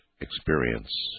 experience